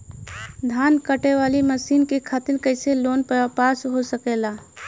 धान कांटेवाली मशीन के खातीर कैसे लोन पास हो सकेला?